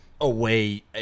away